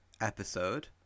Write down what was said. episode